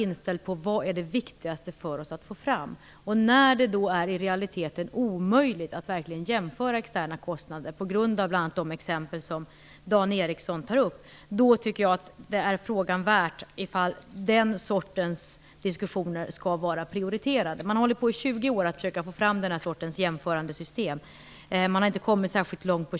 När det då i realiteten är omöjligt att jämföra externa kostnader, bl.a. på grund av det som Dan Ericsson tog upp, är det frågan värt om den sortens diskussioner skall vara prioriterade. Man har i 20 år försökt att få fram jämförande system, men man har inte kommit särskilt långt.